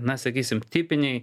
na sakysim tipiniai